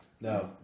No